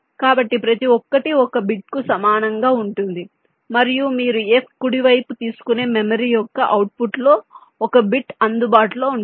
కాబట్టి ప్రతి ఒక్కటి ఒక బిట్కు సమానంగా ఉంటుంది మరియు మీరు F కుడివైపు తీసుకునే మెమరీ యొక్క అవుట్పుట్లో ఒక బిట్ అందుబాటులో ఉంటుంది